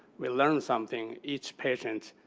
we learned something. each patient